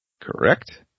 Correct